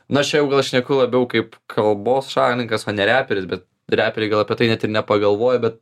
nu aš čia jau gal šneku labiau kaip kalbos šalininkas o ne reperis bet reperiai gal apie tai net ir nepagalvoja bet